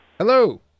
Hello